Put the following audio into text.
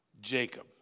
Jacob